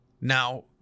Now